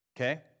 okay